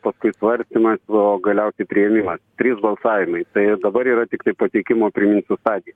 paskui svarstymas o galiausiai priėmimas trys balsavimai tai dabar yra tiktai pateikimo priminsiu stadija